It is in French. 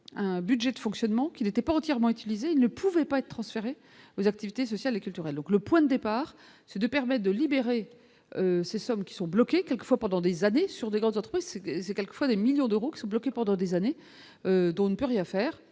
un budget de fonctionnement qui n'était pas entièrement utilisé, il ne pouvait pas être transféré aux activités sociales et culturelles, donc le point départ ces 2 permet de libérer ces sommes qui sont bloqués quelquefois pendant des années sur des grandes autres c'est quelquefois des millions d'euros qui sont bloqués pendant des années, on ne peut rien faire